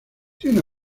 tiene